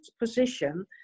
position